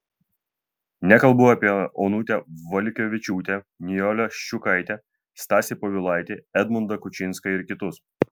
nekalbu apie onutę valiukevičiūtę nijolę ščiukaitę stasį povilaitį edmundą kučinską ir kitus